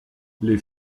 les